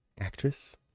actress